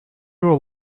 were